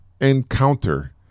encounter